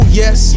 yes